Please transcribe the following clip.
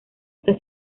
esta